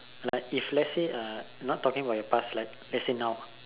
like if let's say uh not talking about your past life let's say now